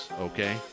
okay